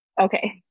Okay